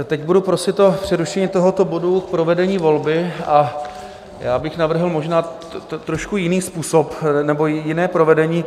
Teď budu prosit o přerušení tohoto bodu k provedení volby a já bych navrhl možná trošku jiný způsob nebo jiné provedení.